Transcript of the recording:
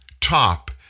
top